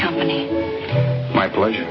company my pleasure